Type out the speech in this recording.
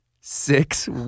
Six